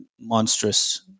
monstrous